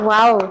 Wow